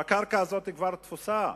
והקרקע הזאת כבר תפוסה.